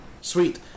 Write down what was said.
sweet